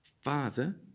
father